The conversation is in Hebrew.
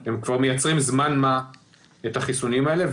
הם כבר מייצרים זמן מה את החיסונים האלה,